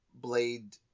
Blade